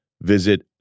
Visit